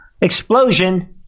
explosion